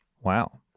Wow